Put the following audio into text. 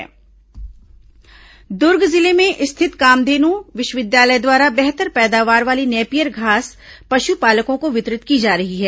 Napier घास दुर्ग जिले में स्थित कामधेन् विश्वविद्यालय द्वारा बेहतर पैदावार वाली नेपियर घास पशुपालकों को वितरित की जा रही है